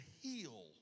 heal